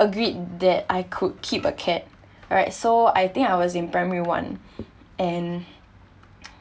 agreed that I could keep a cat alright so I think I was in primary one and